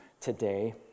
today